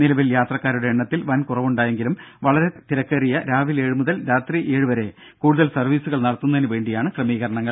നിലവിൽ യാത്രാക്കാരുടെ എണ്ണത്തിൽ വൻ കുറവ് ഉണ്ടായെങ്കിലും വളരെ തിരക്കേറിയ രാവിലെ ഏഴ് മണി മുതൽ രാത്രി ഏഴുവരെ കൂടുതൽ സർവീസുകൾ നടത്തുന്നതിന് വേണ്ടിയാണ് ക്രമീകരണങ്ങൾ